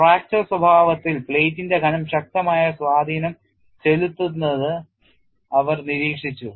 ഒടിവിന്റെ സ്വഭാവത്തിൽ പ്ലേറ്റിന്റെ കനം ശക്തമായ സ്വാധീനം ചെലുത്തുന്നത് അവർ നിരീക്ഷിച്ചു